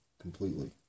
completely